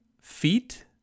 feet